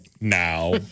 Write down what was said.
now